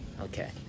Okay